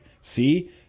See